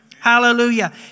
Hallelujah